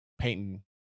painting